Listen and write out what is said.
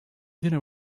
dinner